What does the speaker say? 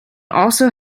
also